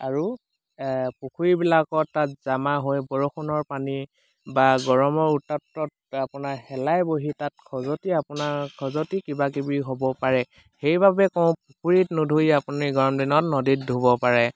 আৰু এ পুখুৰীবিলাকত তাত জমা হৈ বৰষুণৰ পানী বা গৰমৰ উত্তাপত আপোনাৰ শেলাই বহি তাত খজুৱতি আপোনাৰ খজুৱতি কিবাকিবি হ'ব পাৰে সেইবাবে কওঁ পুখুৰীত নুধুই আপুনি গৰম দিনত নদীত ধুব পাৰে